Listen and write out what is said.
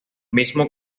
mismo